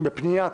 בפניית